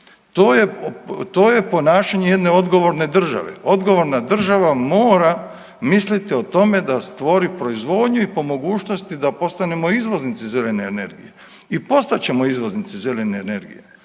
To je ponašanje jedne odgovorne države, odgovorna država mora misliti o tome da stvori proizvodnju i po mogućnosti, da postanemo izvoznici zelene energije i postat ćemo izvoznici zelene energije.